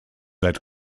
that